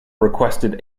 requested